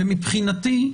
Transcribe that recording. מבחינתי,